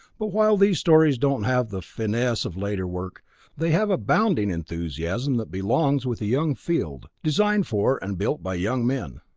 but while these stories don't have the finesse of later work they have a bounding enthusiasm that belongs with a young field, designed for and built by young men.